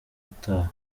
utaha